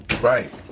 Right